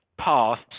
paths